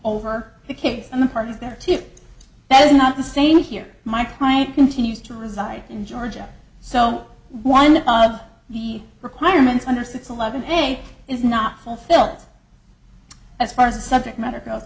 over the kids and the parties there to that is not the same here my client continues to reside in georgia so one of the requirements under six eleven a is not fulfilled as far as the subject matter g